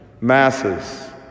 masses